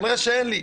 כנראה שאין לי.